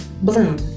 bloom